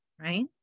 right